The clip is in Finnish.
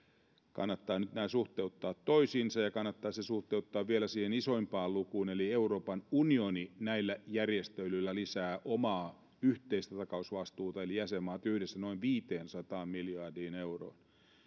kannattaa nyt nämä suhteuttaa toisiinsa ja kannattaa se suhteuttaa vielä siihen isoimpaan lukuun eli siihen että euroopan unioni näillä järjestelyillä lisää omaa yhteistä takausvastuutaan eli jäsenmaat yhdessä noin viiteensataan miljardiin euroon